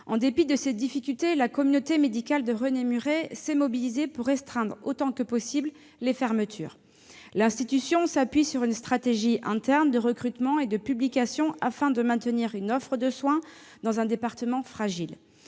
En dépit de ces difficultés, la communauté médicale de René-Muret s'est mobilisée pour restreindre autant que possible les fermetures. L'institution s'appuie sur une stratégie interne de recrutement et de publication afin de maintenir une offre de soins dans un département fragile.